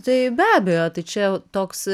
tai be abejo tai čia toks